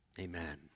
Amen